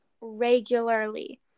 regularly